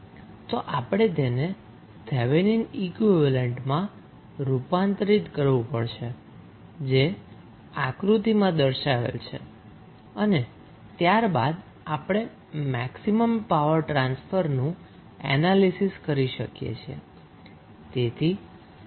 તો આપણે તેને થેવેનિન ઈક્વીવેલેન્ટ માં રૂપાંતરિત કરવું પડશે જે આકૃતિમાં દર્શાવેલ છે અને ત્યારબાદ આપણે મેક્સિમમ પાવર ટ્રાન્સફરનું એનાલીસીસ કરી શકીએ છીએ